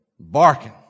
barking